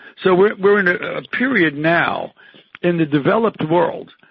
so we're we're in a period now in the developed world,